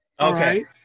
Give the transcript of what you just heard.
Okay